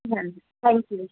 হ্যাঁ thank you